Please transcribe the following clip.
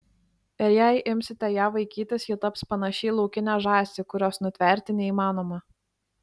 ir jei imsite ją vaikytis ji taps panaši į laukinę žąsį kurios nutverti neįmanoma